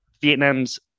Vietnam's